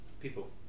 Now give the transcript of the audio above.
people